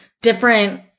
Different